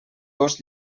gos